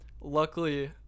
luckily